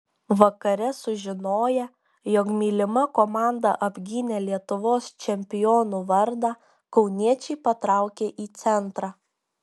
vakare sužinoję jog mylima komanda apgynė lietuvos čempionų vardą kauniečiai patraukė į centrą